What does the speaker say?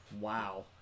Wow